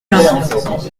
bains